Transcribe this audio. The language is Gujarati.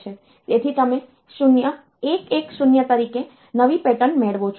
તેથી તમે 0110 તરીકે નવી પેટર્ન મેળવો છો